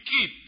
keep